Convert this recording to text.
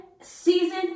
season